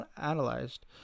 analyzed